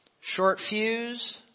short-fuse